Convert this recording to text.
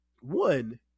one